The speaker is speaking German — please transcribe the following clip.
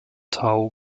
tau